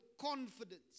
confidence